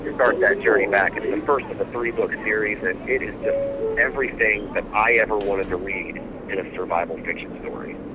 start that journey back. it's the first of the three book series and it is everything that i ever wanted to read in a survival fiction story.